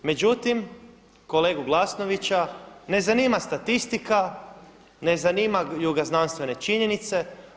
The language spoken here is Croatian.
Međutim, kolegu Glasnovića ne zanima statistika, ne zanimaju ga znanstvene činjenice.